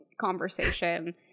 conversation